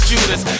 Judas